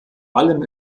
allem